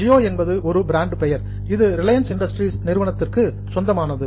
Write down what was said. ஜியோ என்பது ஒரு பிராண்ட் பெயர் இது ரிலையன்ஸ் இண்டஸ்ட்ரீஸ் நிறுவனத்திற்கு சொந்தமானது